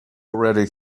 already